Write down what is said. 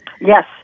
yes